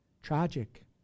Tragic